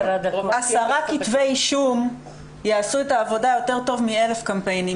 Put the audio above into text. עשרה כתבי אישום יעשו את העבודה יותר טוב מאלף קמפיינים.